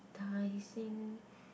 Tai-Seng